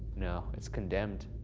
no, it's condemned.